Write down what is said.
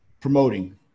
promoting